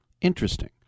Interesting